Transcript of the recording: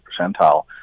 percentile